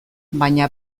baina